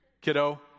kiddo